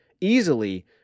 easily